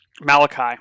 Malachi